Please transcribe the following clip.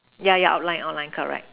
yeah yeah outline outline correct